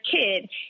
kid